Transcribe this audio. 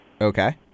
Okay